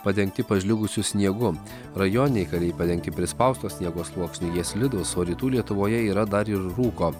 padengti pažliugusiu sniegu rajoniniai kaliai padengti prispausto sniego sluoksniu jie slidūs o rytų lietuvoje yra dar ir rūko